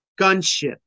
Gunship